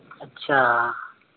ᱟᱪᱪᱷᱟ